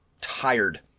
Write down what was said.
tired